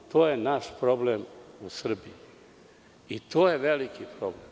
To je naš problem u Srbiji i to je veliki problem.